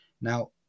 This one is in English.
Now